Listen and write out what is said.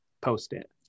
post-it